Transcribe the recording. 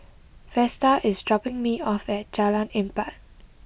Vesta is dropping me off at Jalan Empat